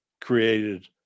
created